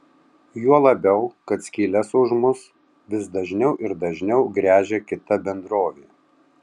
juo labiau kad skyles už mus vis dažniau ir dažniau gręžia kita bendrovė